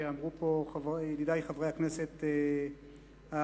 שאמרו פה ידידי חברי הכנסת הערבים,